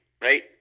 right